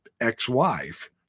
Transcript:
ex-wife